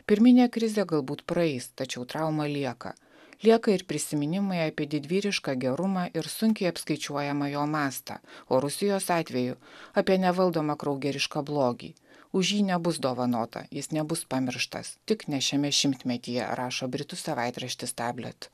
pirminė krizė galbūt praeis tačiau trauma lieka lieka ir prisiminimai apie didvyrišką gerumą ir sunkiai apskaičiuojamą jo mastą o rusijos atveju apie nevaldomą kraugerišką blogį už jį nebus dovanota jis nebus pamirštas tik ne šiame šimtmetyje rašo britų savaitraštis tablet